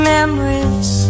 Memories